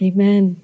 Amen